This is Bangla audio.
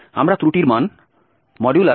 আমরা ত্রুটির মান